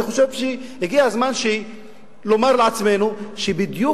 אני חושב שהגיע הזמן לומר לעצמנו שבדיוק